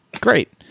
great